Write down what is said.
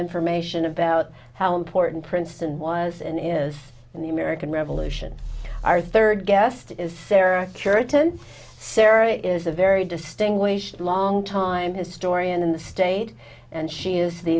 information about how important princeton was in is in the american revolution our third guest is sarah cura ten sarah is a very distinguished long time historian in the state and she is the